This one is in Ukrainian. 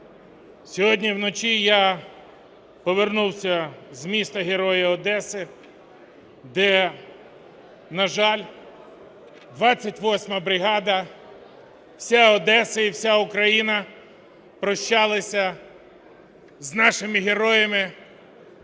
сьогодні вночі я повернувся з міста-героя Одеси, де, на жаль, 28-а бригада, вся Одеса і вся Україна прощалися з нашими героями,